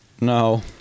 No